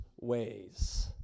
ways